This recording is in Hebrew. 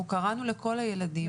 אנחנו קראנו לכל הילדים.